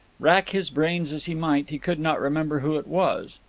rack his brains as he might, he could not remember who it was.